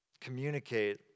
communicate